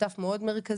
שותף מאוד מרכזי,